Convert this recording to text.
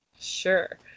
Sure